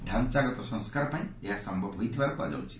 ଡ଼ାଞ୍ଚାଗତ ସଂସ୍କାର ପାଇଁ ଏହା ସମ୍ଭବ ହୋଇଥିବାର କୁହାଯାଇଛି